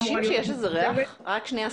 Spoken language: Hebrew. רק שנייה,